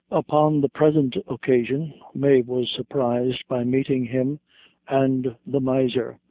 upon the present occasion, mave was surprised by meeting him and the miser,